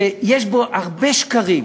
שיש בו הרבה שקרים,